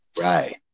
right